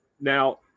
now